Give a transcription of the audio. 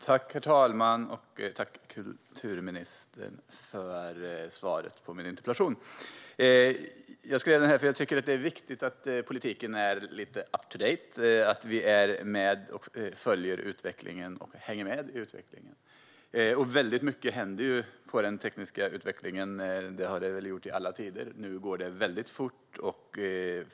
Herr talman! Tack, kulturministern, för svaret på min interpellation! Jag tycker att det är viktigt att politiken är up-to-date, att vi är med och följer utvecklingen och hänger med i den. Väldigt mycket händer inom den tekniska utvecklingen. Det har det väl gjort i alla tider, men nu går det väldigt fort.